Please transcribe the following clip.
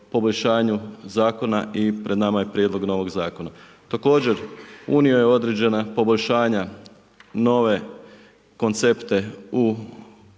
poboljšanju zakona i pred nama je prijedlog novog zakona. Također, unio je određena poboljšanja nove koncepte u